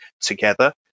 together